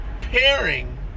pairing